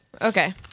Okay